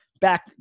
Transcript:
Back